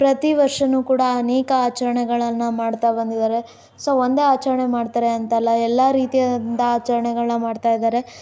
ಪ್ರತಿ ವರ್ಷನು ಕೂಡ ಅನೇಕ ಆಚರಣೆಗಳನ್ನು ಮಾಡ್ತಾ ಬಂದಿದ್ದಾರೆ ಸೊ ಒಂದೇ ಆಚರಣೆ ಮಾಡ್ತಾರೆ ಅಂತ ಅಲ್ಲ ಎಲ್ಲ ರೀತಿಯಾದಂತ ಆಚರಣೆಗಳನ್ನ ಮಾಡ್ತಾಯಿದ್ದಾರೆ